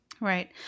Right